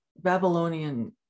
Babylonian